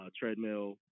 treadmill